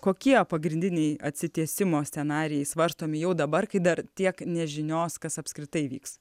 kokie pagrindiniai atsitiesimo scenarijai svarstomi jau dabar kai dar tiek nežinios kas apskritai vyks